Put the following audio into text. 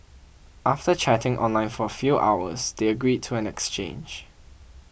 after chatting online for a few hours they agreed to an exchange